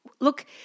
look